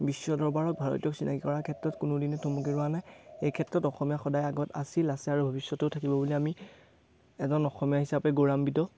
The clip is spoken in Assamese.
বিশ্ব দৰবাৰত ভাৰতীয়ক চিনাকী কৰাৰ ক্ষেত্ৰত কোনোদিনে থমকি ৰোৱা নাই এইক্ষেত্ৰত অসমীয়া সদায় আগত আছিল আছে আৰু ভৱিষ্যতেও থাকিব বুলি আমি এজন অসমীয়া হিচাপে গৌৰৱান্বিত